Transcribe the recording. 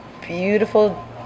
beautiful